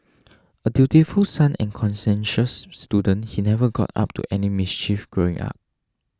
a dutiful son and conscientious student he never got up to any mischief growing up